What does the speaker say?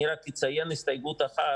אציין רק הסתייגות אחת,